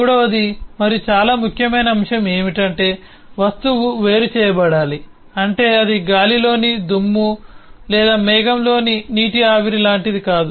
మూడవది మరియు చాలా ముఖ్యమైన అంశం ఏమిటంటే వస్తువు వేరుచేయబడాలి అంటే అది గాలిలోని దుమ్ము లేదా మేఘంలోని నీటి ఆవిరి లాంటిది కాదు